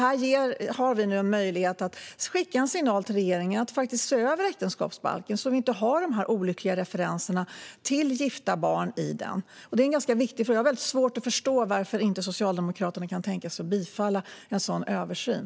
Här har vi nu en möjlighet att skicka en signal till regeringen om att se över äktenskapsbalken, så att vi inte har de här olyckliga referenserna till gifta barn i den. Det är en ganska viktig fråga. Jag har väldigt svårt att förstå varför inte Socialdemokraterna kan tänka sig bifall till en sådan översyn.